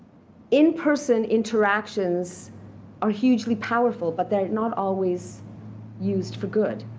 in-person interactions are hugely powerful, but they're not always used for good.